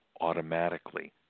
automatically